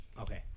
Okay